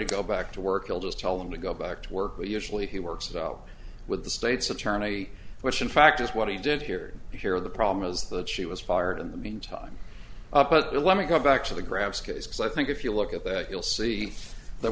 to go back to work you'll just tell them to go back to work or usually he works out with the state's attorney which in fact is what he did here and here the problem is that she was fired in the meantime but let me go back to the graphs case because i think if you look at that you'll see th